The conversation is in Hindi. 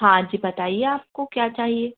हाँ जी बताइए आपको क्या चाहिए